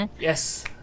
yes